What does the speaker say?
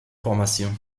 formation